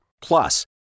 Plus